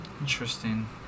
Interesting